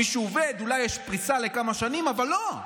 מישהו עובד, אולי יש פריסה לכמה שנים, אבל לא.